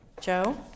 Joe